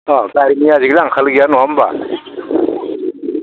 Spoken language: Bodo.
अ' गारिनि आजिखालि आंखाल गैया नङा होमबा